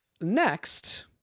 Next